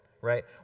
right